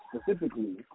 specifically